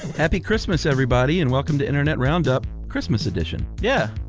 happy christmas everybody, and welcome to internet roundup christmas edition. yeah.